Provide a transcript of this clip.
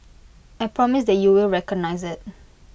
I promise that you will recognise IT